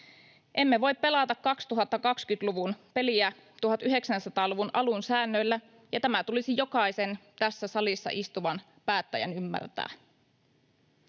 Emme voi pelata 2020-luvun peliä 1900-luvun alun säännöillä, ja tämä tulisi jokaisen tässä salissa istuvan päättäjän ymmärtää.